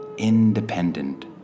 independent